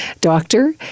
doctor